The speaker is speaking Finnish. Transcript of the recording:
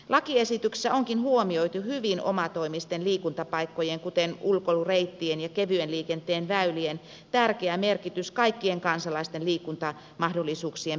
lakiesityksessä onkin huomioitu hyvin omatoimisten liikuntapaikkojen kuten ulkoilureittien ja kevyen liikenteen väylien tärkeä merkitys kaikkien kansalaisten liikuntamahdollisuuksien perustekijänä